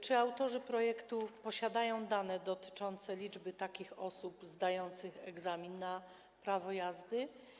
Czy autorzy projektu posiadają dane dotyczące liczby takich osób zdających egzamin na prawo jazdy?